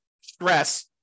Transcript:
stress